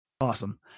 Awesome